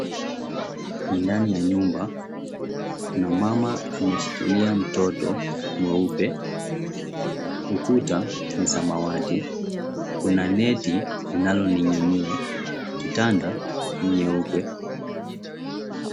Ndani ya nyumba, kuna mama ameshikilia mtoto mweupe ukuta ni samawati. Kuna neti linalo ninginia, kitanda nyeupe.